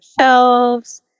shelves